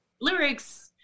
lyrics